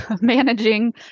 managing